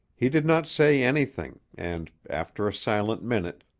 he did not say anything and, after a silent minute,